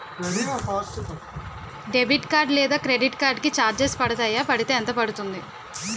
Debit card లేదా credit card కి charges పడతాయా? పడితే ఎంత పడుతుంది?